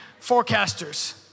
forecasters